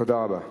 תודה רבה.